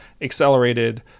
accelerated